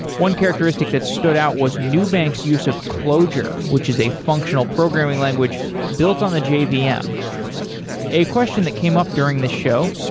one characteristic that stood out was nubank's use of clojure, which is a functional programming language built on the jvm. a a question that came up during the show,